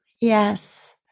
Yes